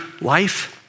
life